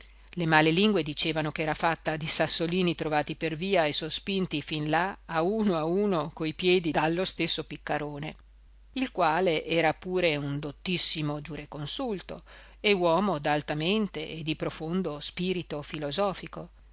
male lingue dicevano ch'era fatta di sassolini trovati per via e sospinti fin là a uno a uno coi piedi dallo stesso piccarone il quale era pure un dottissimo giureconsulto e uomo d'alta mente e di profondo spirito filosofico